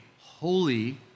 holy